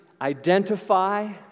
identify